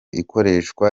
ikoreshwa